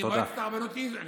כי מועצת הרבנות, תודה.